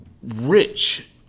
rich